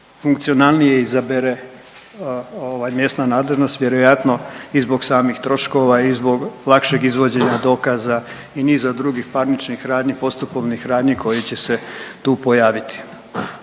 funkcionalnije izabere mjesna nadležnost vjerojatno i zbog samih troškova i zbog lakšeg izvođenja dokaza i niza drugih parničnih radnji, postupovnih radnji koji će se tu pojaviti.